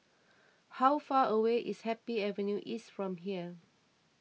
how far away is Happy Avenue East from here